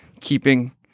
keeping